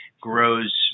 grows